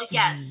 yes